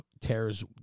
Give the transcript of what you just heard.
Tears